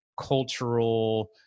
cultural